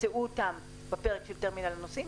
תמצאו בפרק של טרמינל הנוסעים.